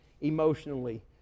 emotionally